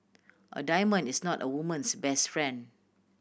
a diamond is not a woman's best friend